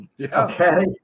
Okay